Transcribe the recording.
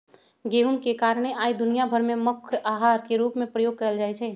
गेहूम के कारणे आइ दुनिया भर में मुख्य अहार के रूप में प्रयोग कएल जाइ छइ